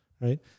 right